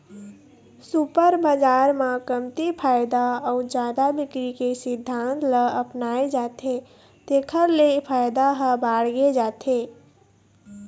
super बजार म कमती फायदा अउ जादा बिक्री के सिद्धांत ल अपनाए जाथे तेखर ले फायदा ह बाड़गे जाथे